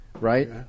right